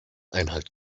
einhalt